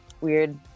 weird